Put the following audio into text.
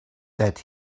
that